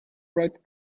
write